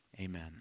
Amen